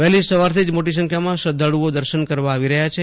વહેલીસવારથી મોટી સંખ્યામાં શ્રધ્ધાળુઓ દર્શન કરવા આવી રહ્યા છે